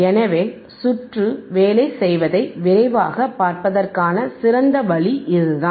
எனவே சுற்று வேலை செய்வதை விரைவாகப் பார்ப்பதற்கான சிறந்த வழி இதுதான்